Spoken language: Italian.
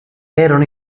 erano